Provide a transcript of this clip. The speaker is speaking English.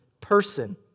person